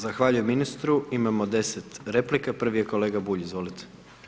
Zahvaljujem ministru, imamo 10 replika, prvi je kolega Bulj, izvolite.